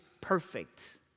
perfect